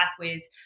pathways